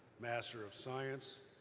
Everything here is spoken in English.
master of science,